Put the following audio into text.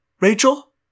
Rachel